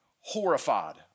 horrified